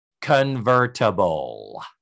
convertible